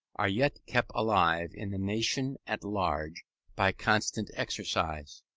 are yet kept alive in the nation at large by constant exercise,